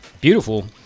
Beautiful